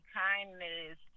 kindness